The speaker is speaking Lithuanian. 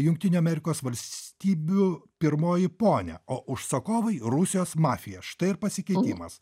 jungtinių amerikos valstybių pirmoji ponia o užsakovai rusijos mafija štai ir pasikeitimas